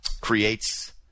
creates